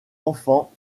enfants